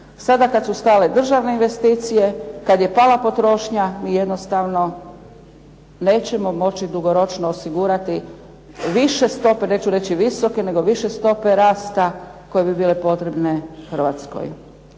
Sada kad su stale državne investicije, kad je pala potrošnja mi jednostavno nećemo moći dugoročno osigurati više stope, neću reći visoke nego više stope rasta koje bi bile potrebne Hrvatskoj.